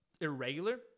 irregular